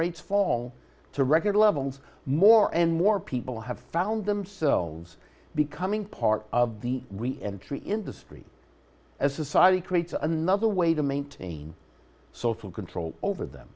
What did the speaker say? rates fall to record levels more and more people have found themselves becoming part of the we entry industry as society creates another way to maintain social control over them